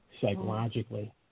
psychologically